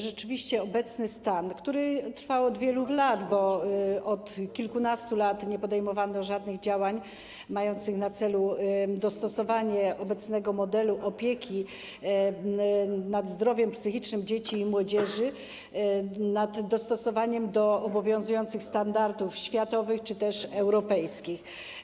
Rzeczywiście obecny stan trwał od wielu lat, bo od kilkunastu lat nie podejmowano żadnych działań mających na celu dostosowanie obecnego modelu opieki nad zdrowiem psychicznym dzieci i młodzieży do obowiązujących standardów światowych czy też europejskich.